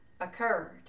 occurred